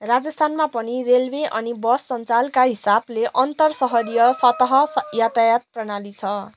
राजस्थानमा पनि रेलवे अनि बस सन्जालका हिसाबले अन्तर सहरीय सतह यातायात प्रणाली छ